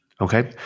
okay